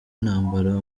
nambara